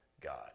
God